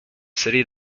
city